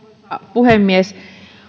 puhemies